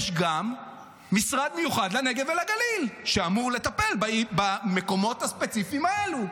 יש גם משרד מיוחד לנגב ולגליל שאמור לטפל במקומות הספציפיים האלו.